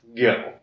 go